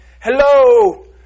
hello